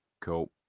Cool